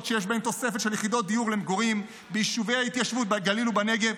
שיש בהן תוספת של יחידות דיור למגורים ביישובי ההתיישבות בגליל ובנגב,